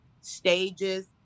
stages